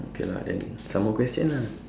okay lah then some more question lah